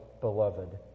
beloved